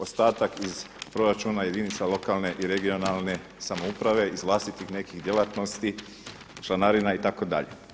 Ostatak iz proračuna jedinica lokalne i regionalne samouprave, iz vlastitih nekih djelatnosti, članarina itd.